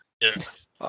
Yes